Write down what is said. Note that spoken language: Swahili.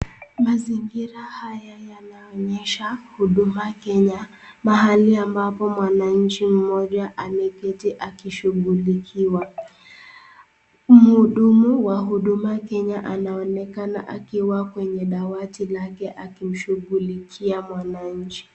Mazingira haya yanaonesha uduma kenya mahali ambapo mwananchi moja ameketi akishugulikiwa muhudumu wa huduma kenya anaonekana akiwa kwenye dawati lake akimshugulikia mwananchi.